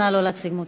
נא לא להציג מוצגים.